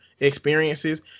experiences